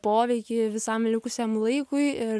poveikį visam likusiam laikui ir